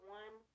one